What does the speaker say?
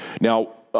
Now